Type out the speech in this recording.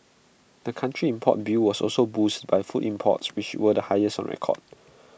the country's import bill was also boosted by food imports which were the highest on record